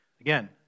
Again